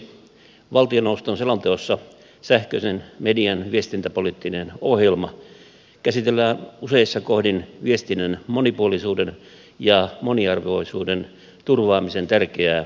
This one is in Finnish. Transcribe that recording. valtioneuvoston selonteossa sähköisen median viestintäpoliittinen ohjelma käsitellään useissa kohdin viestinnän monipuolisuuden ja moniarvoisuuden turvaamisen tärkeää tehtävää